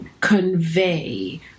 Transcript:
convey